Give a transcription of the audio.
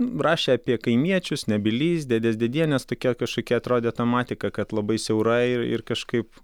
rašė apie kaimiečius nebylys dėdes dėdienes tokia kažkokia atrodė tematika kad labai siaura ir kažkaip